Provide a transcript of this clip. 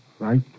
Right